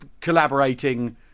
collaborating